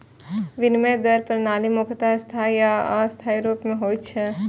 विनिमय दर प्रणाली मुख्यतः स्थायी आ अस्थायी रूप मे होइ छै